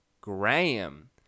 graham